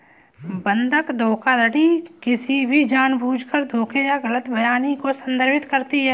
बंधक धोखाधड़ी किसी भी जानबूझकर धोखे या गलत बयानी को संदर्भित करती है